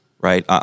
right